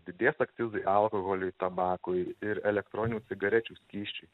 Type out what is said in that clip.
didės akcizai alkoholiui tabakui ir elektroninių cigarečių skysčiui